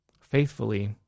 faithfully